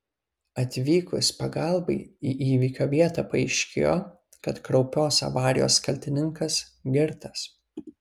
atvykus pagalbai į įvykio vietą paaiškėjo kad kraupios avarijos kaltininkas girtas